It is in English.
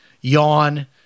yawn